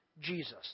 Jesus